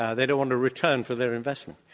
ah they don't want a return for their investment.